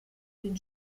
den